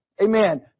Amen